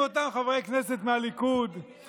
למה אתם מפחדים מרפורמות, מר ברק?